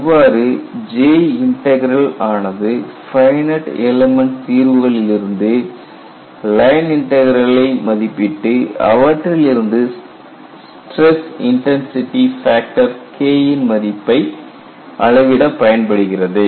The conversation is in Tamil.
இவ்வாறு J இன்டக்ரல் ஆனது ஃபைனட் எல்மெண்ட் தீர்வுகளில் இருந்து லைன் இன்டக்ரலை மதிப்பீட்டு அவற்றிலிருந்து ஸ்டிரஸ் இன்டர்சிட்டி ஃபேக்டர் K மதிப்பை அளவிட பயன்படுகிறது